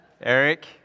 Eric